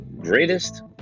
greatest